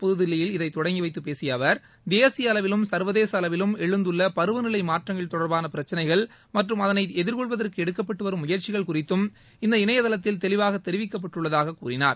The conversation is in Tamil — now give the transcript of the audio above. புதுதில்லியில் இதைதொடங்கிவைத்துபேசியஅவர் தேசியஅளவிலும் சர்வதேசஅளவிலும் எழுந்துள்ளபருவநிலைமாற்றங்கள்தொடர்பானபிரச்னைகள் மற்றும் அதனைஎதிர்கொள்வதற்குஎடுக்கப்பட்டுவரும் முயற்சிகள் இணையதளத்தில் குறித்து இந்த தெளிவாகதெரிவிக்கப்பட்டுள்ளதாககூறினார்